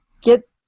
get